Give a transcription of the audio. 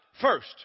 first